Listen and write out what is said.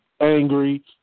angry